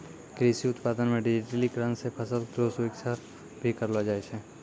कृषि उत्पादन मे डिजिटिकरण से फसल रो सुरक्षा भी करलो जाय छै